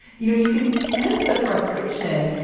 you know, you can sense the frustration.